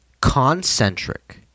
concentric